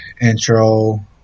intro